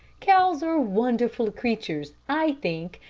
cows are wonderful creatures, i think,